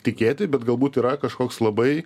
tikėti bet galbūt yra kažkoks labai